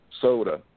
soda